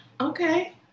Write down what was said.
Okay